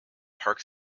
park